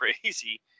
crazy